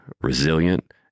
resilient